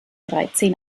dreizehn